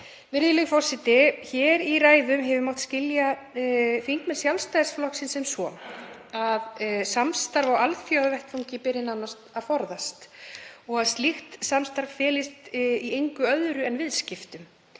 Virðulegi forseti. Í ræðum hér hefur mátt skilja þingmenn Sjálfstæðisflokksins sem svo að samstarf á alþjóðavettvangi beri nánast að forðast og að slíkt samstarf felist í engu öðru en viðskiptum,